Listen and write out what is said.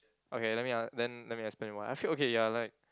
okay let me uh then let me explain why I feel okay ya like